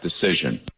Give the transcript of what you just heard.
decision